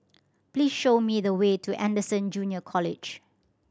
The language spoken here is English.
please show me the way to Anderson Junior College